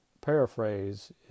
paraphrase